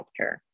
healthcare